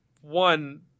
one